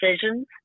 decisions